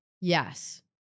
Yes